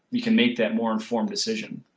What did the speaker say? we can make that more informed decision